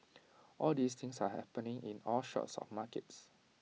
all these things are happening in all sorts of markets